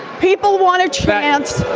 people want a chance